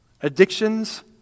addictions